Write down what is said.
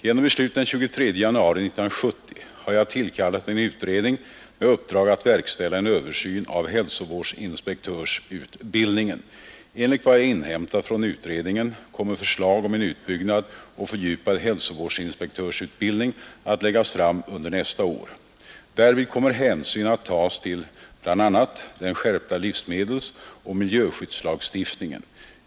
Genom beslut den 23 januari 1970 har jag tillkallat en utredning med uppdrag att verkställa en översyn av hälsovårdsinspektörsutbildningen. Enligt vad jag inhämtat från utredningen kommer förslag om en utbyggd och fördjupad hälsovårdsinspektörsutbildning att läggas fram under nästa år, Därvid kommer hänsyn att tas till bl.a. den skärpta livsmedelsoch miljöskyddslagstiftningen.